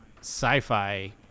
sci-fi